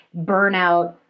burnout